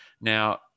Now